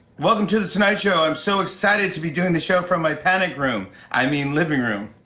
welcome to the tonight show. i'm so excited to be doing the show from my panic room i mean, living room.